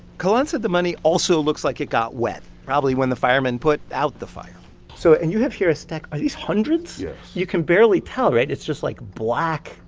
kolan says the money also looks like it got wet, probably, when the firemen put out the fire so and you have here a stack are these hundreds? yes you can barely tell, right? it's just like black,